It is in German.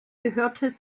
gehörte